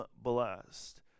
blessed